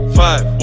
five